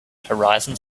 horizons